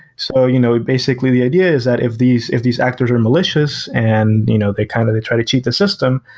so you know basically, the idea is that if these if these actors are malicious and you know they kind of they try to cheat the system,